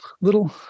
little